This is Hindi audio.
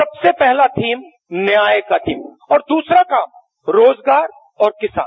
सबसे पहला थीम न्याय का थीम और दूसरा काम रोजगार और किसान